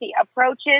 approaches